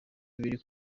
ibiri